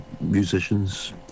musicians